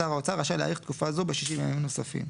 שר האוצר רשאי להאריך תקופה זו בשישים ימים נוספים,